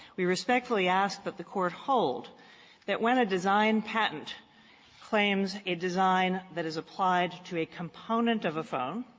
we respectfully ask that the court hold that when a design patent claims a design that is applied to a component of a phone